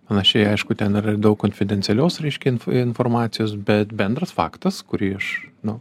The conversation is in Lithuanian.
panašiai aišku ten yra ir daug konfidencialios reiškia inf informacijos bet bendras faktas kurį aš nu